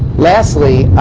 lastly,